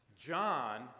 John